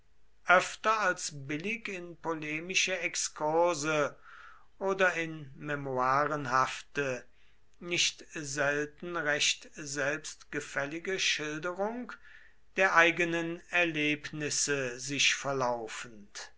öfter als billig in polemische exkurse oder in memoirenhafte nicht selten recht selbstgefällige schilderung der eigenen erlebnisse sich verlaufend